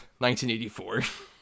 1984